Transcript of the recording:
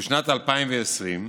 ובשנת 2020,